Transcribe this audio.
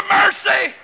mercy